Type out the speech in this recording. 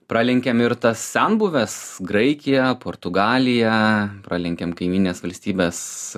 pralenkėm ir tas senbuves graikiją portugaliją pralenkėm kaimynines valstybes